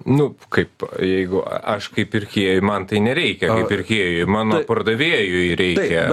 nu kaip jeigu aš kaip pirkėjui man tai nereikia kaip pirkėjui mano pardavėjui reikia